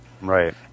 Right